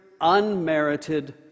unmerited